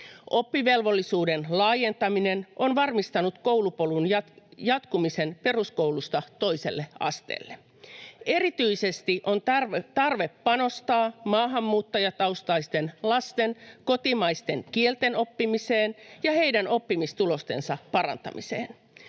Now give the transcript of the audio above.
Oppivelvollisuuden laajentaminen on varmistanut koulupolun jatkumisen peruskoulusta toiselle asteelle. [Sari Sarkomaan välihuuto] Erityisesti on tarve panostaa maahanmuuttajataustaisten lasten kotimaisten kielten oppimiseen ja heidän oppimistulostensa parantamiseen.